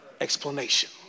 explanation